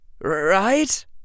right